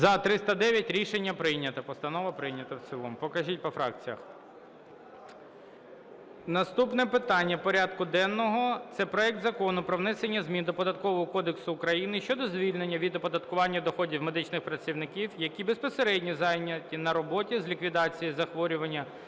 За-309 Рішення прийнято. Постанова прийнята в цілому. Покажіть по фракціях. Наступне питання порядку денного – це проект Закону про внесення змін до Податкового кодексу України щодо звільнення від оподаткування доходів медичних працівників, які безпосередньо зайняті на роботі з ліквідації захворювання